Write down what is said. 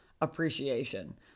appreciation